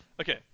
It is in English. Okay